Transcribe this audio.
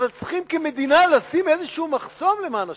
אבל צריכים, כמדינה, לשים איזה מחסום, למען השם.